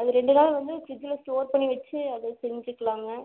அது ரெண்டு நாள் வந்து ஃப்ரிஜ்ஜில் ஸ்டோர் பண்ணி வெச்சு அது செஞ்சுக்கிலாங்க